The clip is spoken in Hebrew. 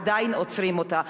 עדיין עוצרים אותה.